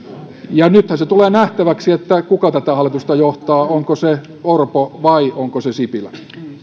nythän se tulee nähtäväksi kuka tätä hallitusta johtaa onko se orpo vai onko se sipilä